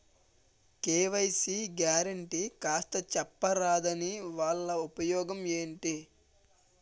KYC guarantee కాస్త చెప్తారాదాని వల్ల ఉపయోగం ఎంటి?